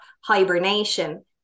hibernation